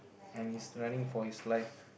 and he's running for his life